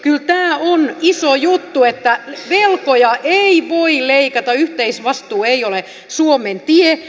kyllä tämä on iso juttu että velkoja ei voi leikata yhteisvastuu ei ole suomen tie